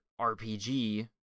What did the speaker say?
rpg